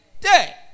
day